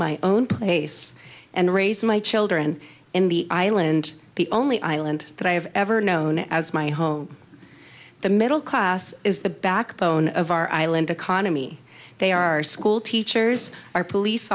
my own place and raise my children in the island the only island that i have ever known as my home the middle class is the backbone of our island economy they are school teachers our police